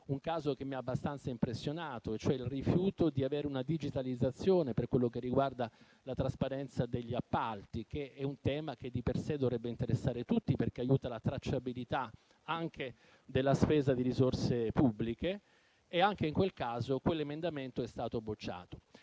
uno che mi ha abbastanza impressionato: il rifiuto della digitalizzazione per la trasparenza degli appalti, che è un tema che di per sé dovrebbe interessare tutti, perché aiuta la tracciabilità della spesa di risorse pubbliche. Anche quell'emendamento è stato bocciato.